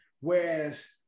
Whereas